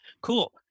Cool